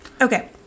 Okay